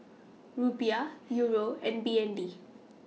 Rupiah Euro and B N D